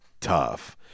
tough